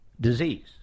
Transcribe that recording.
disease